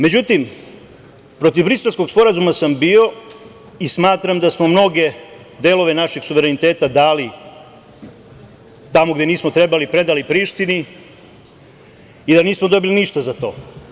Međutim, protiv Briselskog sporazuma sam bio i smatram da smo mnoge delove našeg suvereniteta dali tamo gde nismo trebali, predali Prištini i da nismo dobili ništa za to.